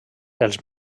els